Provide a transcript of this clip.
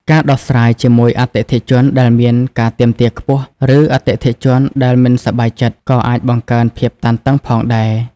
ការដោះស្រាយជាមួយអតិថិជនដែលមានការទាមទារខ្ពស់ ឬអតិថិជនដែលមិនសប្បាយចិត្ត ក៏អាចបង្កើនភាពតានតឹងផងដែរ។